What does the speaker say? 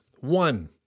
One